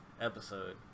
episode